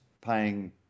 paying